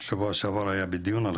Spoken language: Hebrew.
שבוע שעבר היה בדיון הוא היה בדיון